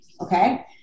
okay